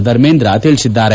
ಧರ್ಮೇಂದ್ರ ತಿಳಿಸಿದ್ದಾರೆ